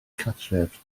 cartref